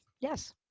Yes